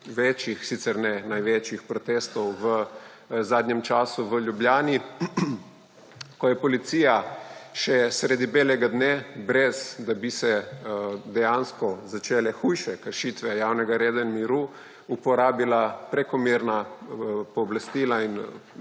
večjih, sicer ne največjih protestov v zadnjem času v Ljubljani, ko je policija še sredi belega dne, brez da bi se dejansko začele hujše kršitve javnega reda in miru, uporabila prekomerna pooblastila in